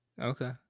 Okay